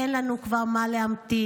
אין לנו כבר מה להמתין.